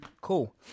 cool